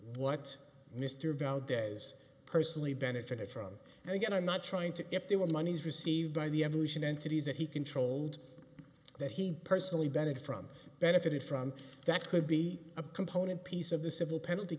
valdes personally benefited from and again i'm not trying to if they were monies received by the evolution entities that he controlled that he personally benefit from benefited from that could be a component piece of the civil penalty